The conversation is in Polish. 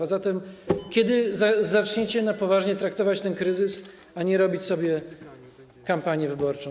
A zatem kiedy zaczniecie na poważnie traktować ten kryzys, a nie robić sobie kampanię wyborczą?